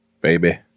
baby